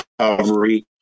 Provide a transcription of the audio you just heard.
recovery